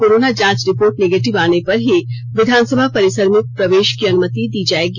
corona जांच report negative आने पर ही विधानसभा परिसर में प्रवेष की अनुमति दी जाएगी